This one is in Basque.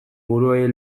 buruei